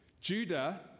Judah